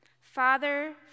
Father